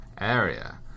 area